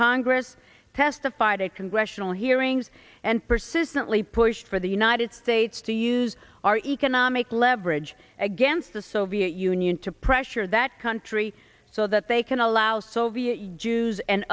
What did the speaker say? congress testified at congressional hearings and persistently pushed for the united states to use our economic leverage against the soviet union to pressure that country so that they can allow soviet use and